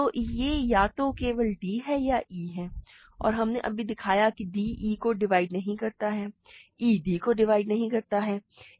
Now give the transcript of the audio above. तो यह या तो d या e है और हमने अभी दिखाया कि d e को डिवाइड नहीं करता है e d को डिवाइड नहीं करता है